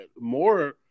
more